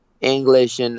English